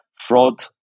fraud